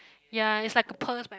ya is like a purse but